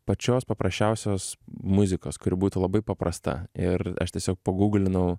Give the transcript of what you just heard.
pačios paprasčiausios muzikos kuri būtų labai paprasta ir aš tiesiog paguglinau